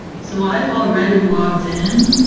so i've already logged in,